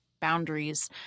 boundaries